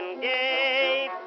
gate